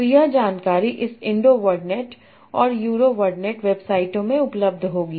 तो यह जानकारी इस इंडो वर्डनेट और यूरो वर्डनेट वेबसाइटों में उपलब्ध होगी